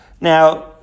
Now